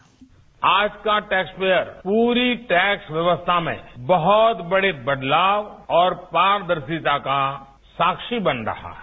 bite आज का taxpayer पूरी टैक्स व्यवस्था में बहुत बड़े बदलाव और पारदर्शिता का साक्षी बन रहा है